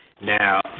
Now